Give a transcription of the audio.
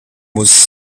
was